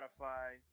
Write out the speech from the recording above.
Spotify